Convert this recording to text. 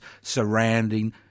surrounding